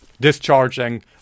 discharging